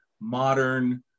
modern